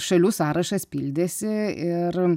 šalių sąrašas pildėsi ir